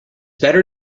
better